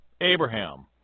Abraham